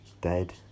dead